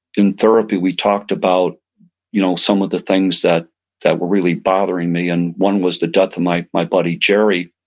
in therapy, we talked about you know some of the things that that were really bothering me and one was the death of my my buddy, gerry.